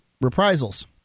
reprisals